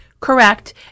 Correct